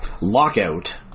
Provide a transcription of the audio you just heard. Lockout